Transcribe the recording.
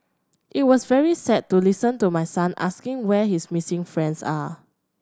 it was very sad to listen to my son asking where his missing friends are